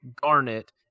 Garnet